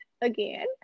again